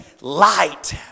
light